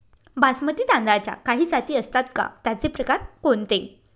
बासमती तांदळाच्या काही जाती असतात का, त्याचे प्रकार कोणते?